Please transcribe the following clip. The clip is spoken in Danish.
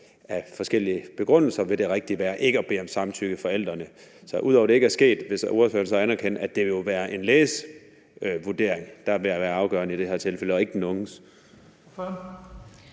med forskellige begrundelser vil det rigtige være ikke at bede om samtykke fra forældrene. Ud over at det ikke er sket, vil ordføreren så anerkende, at det jo vil være en læges vurdering, der vil være afgørende i det her tilfælde, og ikke den unges?